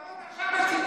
תעמוד עכשיו לצידנו,